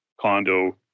condo